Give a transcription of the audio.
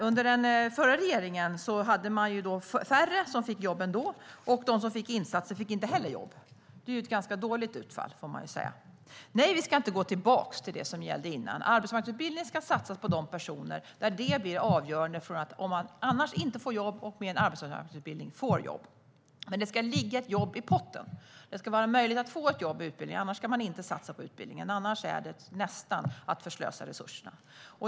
Under den förra regeringen hade man färre som fick jobb ändå. De som fick insatser fick inte heller jobb. Det är ett ganska dåligt utfall, får man ju säga. Nej, vi ska inte tillbaka till det som gällde innan. Arbetsmarknadsutbildning ska satsas på de personer där det blir avgörande, de som annars inte får jobb men som med en arbetsmarknadsutbildning får jobb. Det ska ligga ett jobb i potten. Det ska vara möjligt att få ett jobb efter utbildningen. Annars ska man inte satsa på utbildningen. Annars är det nästan att förslösa resurserna.